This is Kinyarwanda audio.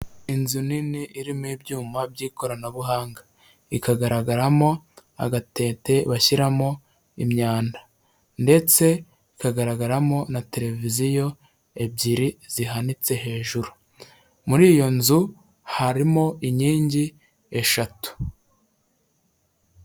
Inzu nini irimo ibyuma by'ikoranabuhanga. Ikagaragaramo agatete bashyiramo imyanda ndetse ikagaragaramo na televiziyo ebyiri zihanitse hejuru. Muri iyo nzu, harimo inkingi eshatu.